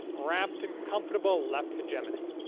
wrapped in comfortable left hegemony.